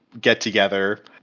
get-together